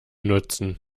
nutzen